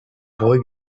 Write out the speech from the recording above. boy